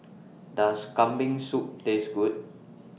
Does Kambing Soup Taste Good